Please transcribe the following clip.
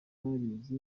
barize